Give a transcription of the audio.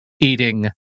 eating